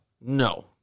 No